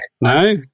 No